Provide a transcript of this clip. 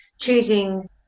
choosing